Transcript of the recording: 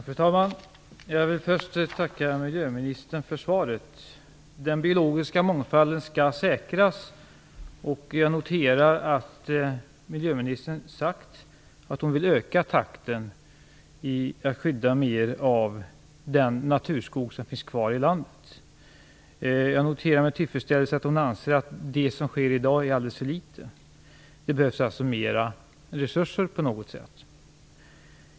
Fru talman! Jag vill först tacka miljöministern för svaret. Den biologiska mångfalden skall säkras. Jag noterar att miljöministern sade att hon vill öka takten när det gäller att skydda mer av den naturskog som finns kvar i landet. Jag noterar också med tillfredsställelse att hon anser att det som sker i dag är alldeles för litet. Det behövs alltså mer resurser på något sätt.